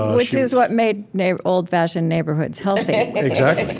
which is what made made old-fashioned neighborhoods healthy. exactly.